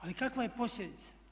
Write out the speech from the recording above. Ali kakva je posljedica?